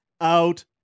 out